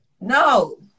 No